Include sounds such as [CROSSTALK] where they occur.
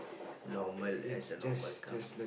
[BREATH] normal as a normal car